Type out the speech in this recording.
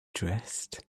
dressed